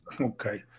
Okay